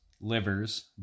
livers